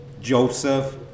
Joseph